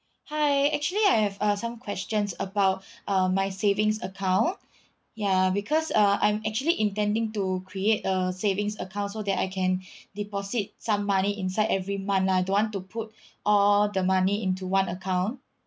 hi actually I have uh some questions about uh my savings account ya because uh I'm actually intending to create a savings account so that I can deposit some money inside every month lah I don't want to put all the money into one account